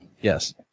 Yes